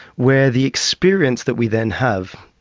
where the experience that we then have,